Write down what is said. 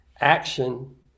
action